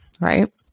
right